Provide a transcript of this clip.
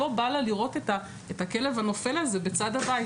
לא בא לה לראות את הכלב הנופל הזה בצד הבית.